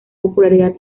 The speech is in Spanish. popularidad